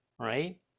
right